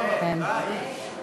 פוגעים בעמיר פרץ.